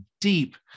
deep